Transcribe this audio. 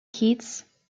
keats